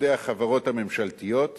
עובדי החברות הממשלתיות